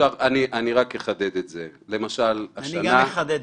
אתם מתחמקים.